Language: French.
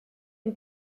une